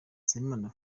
nsabimana